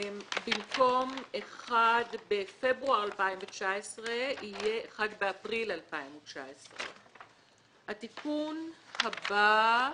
במקום 1 בפברואר 2019 יהיה 1 באפריל 2019. התיקון הבא,